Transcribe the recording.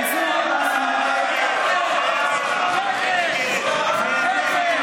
(קוראת בשם חבר הכנסת) מנסור עבאס,